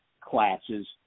classes